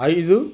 ఐదు